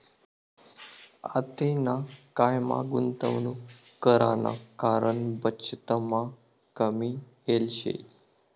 आतेना कायमा गुंतवणूक कराना कारण बचतमा कमी येल शे